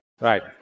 Right